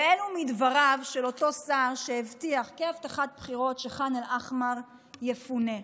ואלו מדבריו של אותו שר שהבטיח כהבטחת בחירות שח'אן אל-אחמר יפונה.